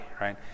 Right